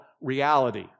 reality